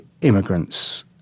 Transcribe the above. immigrants